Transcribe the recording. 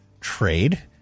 trade